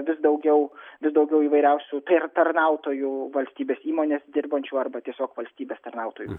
vis daugiau vis daugiau įvairiausių tai yra tarnautojų valstybės įmonėse dirbančių arba tiesiog valstybės tarnautojų